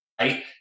Right